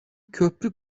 köprü